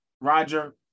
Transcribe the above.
Roger